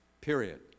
period